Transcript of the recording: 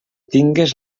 tingues